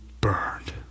Burned